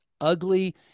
ugly